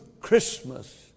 Christmas